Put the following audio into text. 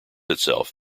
itself